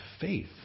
faith